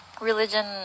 Religion